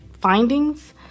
findings